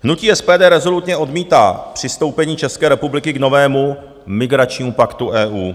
Hnutí SPD rezolutně odmítá přistoupení České republiky k novému migračnímu paktu EU.